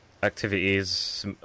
activities